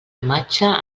imatge